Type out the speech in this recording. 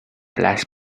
bless